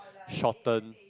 shorten